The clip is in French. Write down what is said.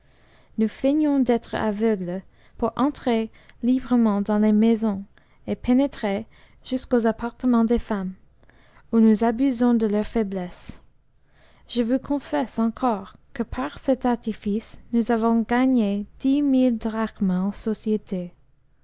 nous feignons d'être aveugles pour entrer librement dans les maisons et pénétrer jusqu'aux appartements des femmes ou nous abusons de leur faiblesse je vous confesse encore que par cet artifice nous avons gagné